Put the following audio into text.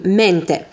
mente